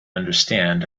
understand